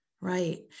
Right